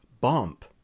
bump